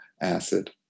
acid